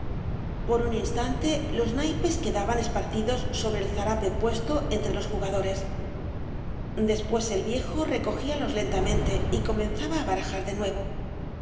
por un instante los naipes quedaban esparcidos sobre el zarape puesto entre los jugadores después el viejo recogíalos lentamente y comenzaba á barajar de nuevo ei